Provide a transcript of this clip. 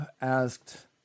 asked